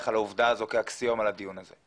על העובדה הזאת כאקסיומה לדיון הזה.